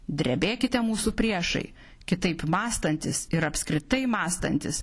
drebėkite mūsų priešai kitaip mąstantys ir apskritai mąstantys